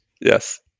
Yes